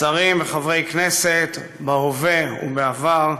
שרים וחברי כנסת בהווה ובעבר,